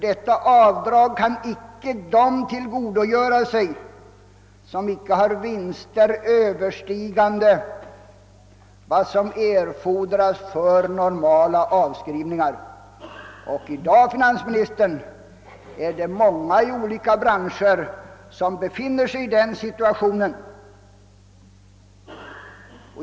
Detta avdrag kan nämligen inte de tillgodogöra sig som inte har vinster överstigande vad som erfordras för normala avskrivningar, och i dag, herr finansminister, är det många i olika branscher som befinner sig i den situationen.